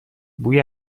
بوی